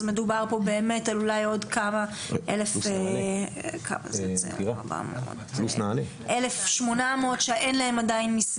אז מדובר כאן על אולי 1,800 ילדים שעדיין אין להם מסגרת.